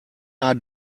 are